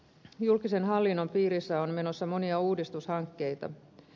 julkisen hallinnon piirissä on menossa monia uudistushankkeita